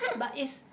but is